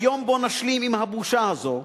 ביום שבו נשלים עם הבושה הזאת,